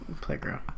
Playground